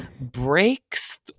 breaks